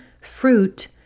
fruit